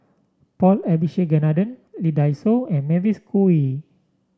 Paul Abisheganaden Lee Dai Soh and Mavis Khoo Oei